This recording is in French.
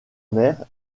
mère